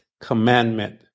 commandment